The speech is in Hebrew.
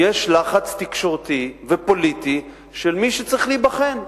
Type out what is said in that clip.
יש לחץ תקשורתי ופוליטי של מי שצריך להיבחן.